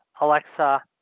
Alexa